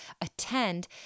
attend